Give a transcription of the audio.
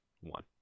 one